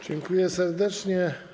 Dziękuję serdecznie.